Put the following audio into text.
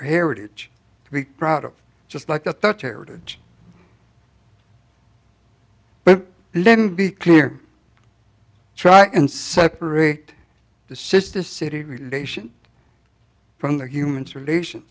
heritage to be proud of just like a thought heritage but then be clear try and separate the sister city relation from the human's relations